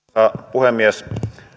puhemies